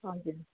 हजुर